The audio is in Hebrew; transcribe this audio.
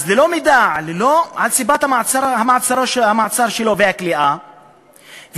אז ללא מידע על סיבת המעצר והכליאה שלו,